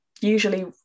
usually